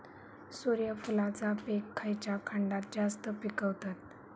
सूर्यफूलाचा पीक खयच्या खंडात जास्त पिकवतत?